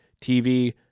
TV